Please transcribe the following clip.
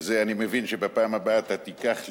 אני מבין שבפעם הבאה אתה תיקח לי,